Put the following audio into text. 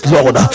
Lord